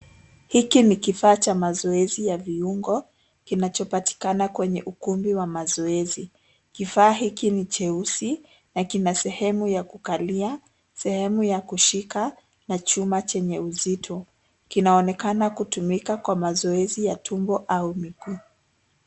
Hiki ni kifaa cha mazoezi ya viungo kinachopatikana kwenye ukumbi wa mazoezi. Kifaa hiki ni cheusi na kina sehemu ya kukalia, sehemu ya kushika na chuma chenye uzito. Kinaonekana kutumika kwa mazoezi ya tumbo au miguu .